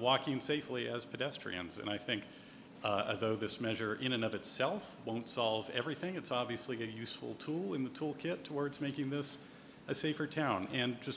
walking safely as pedestrians and i think though this measure in and of itself won't solve everything it's obviously a useful tool in the tool kit towards making this a safer town and just